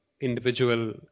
individual